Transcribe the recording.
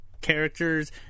characters